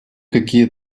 какие